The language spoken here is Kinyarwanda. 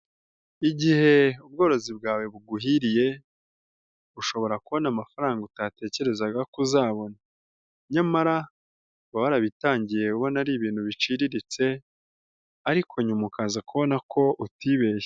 Igihe ubworozi bwawe buguhiriye, ushobora kubona amafaranga utatekerezaga ko uzabona, nyamara uba warabitangiye ubona ari ibintu biciriritse, ariko nyuma ukaza kubona ko utibeshye.